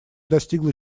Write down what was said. достигло